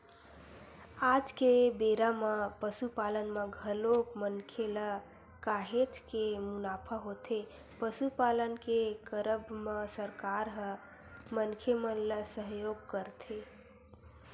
आज के बेरा म पसुपालन म घलोक मनखे ल काहेच के मुनाफा होथे पसुपालन के करब म सरकार ह मनखे मन ल सहयोग करथे